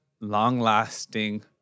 long-lasting